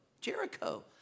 Jericho